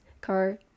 car